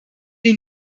den